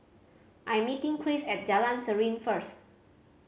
I'm meeting Chris at Jalan Serene first